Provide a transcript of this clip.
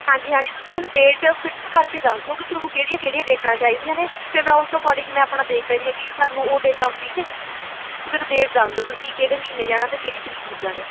ਹਾਂਜੀ ਹਾਂਜੀ ਤੁਸੀਂ ਮੈਨੂੰ ਡੇਟ ਫਿਕਸ ਕਰਕੇ ਦੱਸ ਦਓ ਕਿ ਤੁਹਾਨੂੰ ਕਿਹੜੀਆਂ ਕਿਹੜੀਆਂ ਡੇਟਾਂ ਚਾਹੀਦੀਆਂ ਨੇ ਅਤੇ ਮੈਂ ਉਸ ਅਕੋਰਡਿੰਗ ਮੈਂ ਆਪਣਾ ਦੇਖ ਲੈਂਦੀ ਹਾਂ ਕਿ ਸਾਨੂੰ ਉਹ ਡੇਟਾਂ ਫਰੀ ਨੇ ਤੁਸੀਂ ਮੈਨੂੰ ਡੇਟ ਦੱਸ ਦਓ ਤੁਸੀਂ ਕਿਹੜੇ ਮਹੀਨੇ ਜਾਣਾ ਅਤੇ ਕਿਹੜੀ ਤਰੀਕ ਨੂੰ ਜਾਣਾ ਹੈ